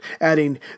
adding